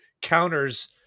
counters